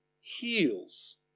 heals